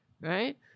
Right